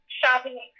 Shopping